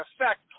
effect